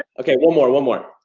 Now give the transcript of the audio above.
okay, one more, one more.